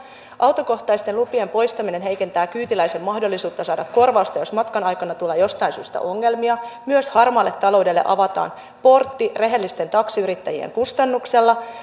autokohtaisten lupien poistaminen heikentää kyytiläisen mahdollisuutta saada korvausta jos matkan aikana tulee jostain syystä ongelmia myös harmaalle taloudelle avataan portti rehellisten taksiyrittäjien kustannuksella